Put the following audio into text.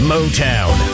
Motown